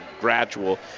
gradual